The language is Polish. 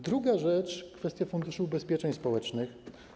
Druga rzecz to kwestia Funduszu Ubezpieczeń Społecznych.